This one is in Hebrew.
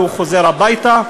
והוא חוזר הביתה,